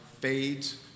fades